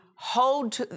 hold